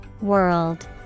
World